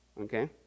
Okay